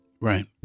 Right